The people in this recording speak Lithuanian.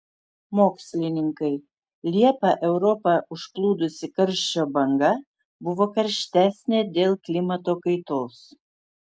mokslininkai liepą europą užplūdusi karščio banga buvo karštesnė dėl klimato kaitos